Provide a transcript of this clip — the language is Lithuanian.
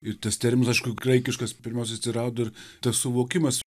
ir tas terminas graikiškas pirmiausia atsirado tas suvokimas